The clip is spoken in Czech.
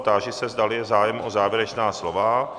Táži se, zdali je zájem o závěrečná slova.